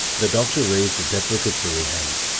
the doctor raised a deprecatory hand.